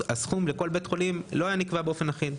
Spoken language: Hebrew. הסכום לכל בית חולים לא היה נקבע באופן אחיד.